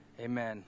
amen